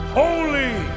holy